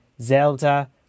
Zelda